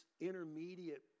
intermediate